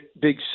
big